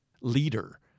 leader